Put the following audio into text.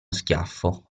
schiaffo